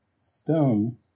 stone